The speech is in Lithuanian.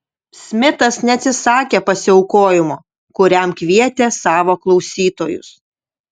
smitas neatsisakė pasiaukojimo kuriam kvietė savo klausytojus